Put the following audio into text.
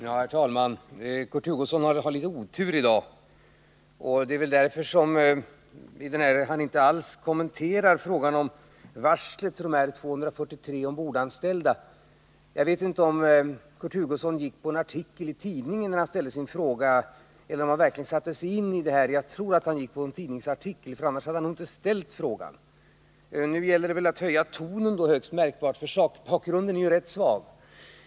Herr talman! Kurt Hugosson har litet otur i dag. Det är väl därför som han inte alls kommenterar frågan om varslet för de här 243 ombordanställda. Jag vet inte om Kurt Hugosson gick efter någon artikel i någon tidning när han ställde sin fråga, eller om han verkligen satte sig in i detta. Jag tror att han gick efter en tidningsartikel— annars hade han nog inte ställt frågan. Nu gäller det väl att höja tonen högst märkbart, för sakbakgrunden är rätt svag.